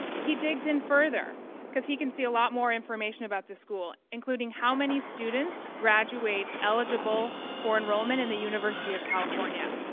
he digs in further because he can see a lot more information about this school including how many students graduate eligible for enrollment in the university of california.